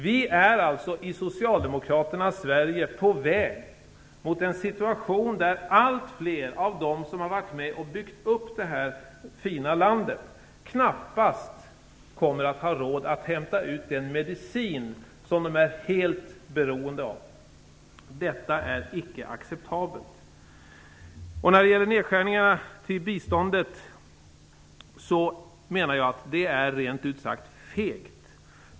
Vi är i socialdemokraternas Sverige på väg mot en situation där allt fler av dem som varit med och byggt upp det här fina landet knappast kommer att få råd att hämta ut den medicin som de är helt beroende av. Detta är icke acceptabelt. Nedskärningarna av biståndet är enligt min mening rent ut sagt fegt.